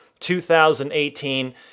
2018